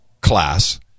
Class